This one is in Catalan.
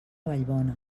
vallbona